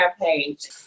page